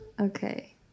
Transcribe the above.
Okay